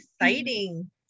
exciting